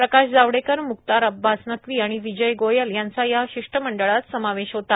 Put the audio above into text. प्रकाश जावडेकर मुख्तार अब्बास नकवी आणि विजय गोयल यांचा या शिष्टमंडळात समावेश होता